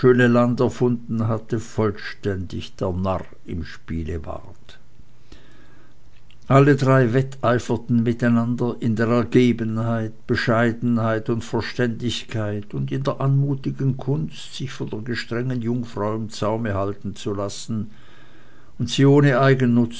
erfunden hatte vollständig der narr im spiele ward alle drei wetteiferten miteinander in der ergebenheit bescheidenheit und verständigkeit und in der anmutigen kunst sich von der gestrengen jungfrau im zaume halten zu lassen und sie ohne